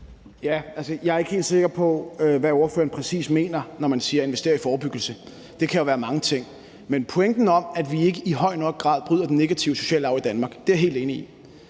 Jeg er ikke helt sikker på, hvad ordføreren præcis mener, når han taler om at investere i forebyggelse. Det kan jo være mange ting. Men pointen om, at vi ikke i høj nok grad bryder den negative sociale arv i Danmark, er jeg helt enig i.